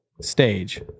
stage